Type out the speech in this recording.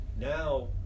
Now